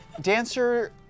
Dancer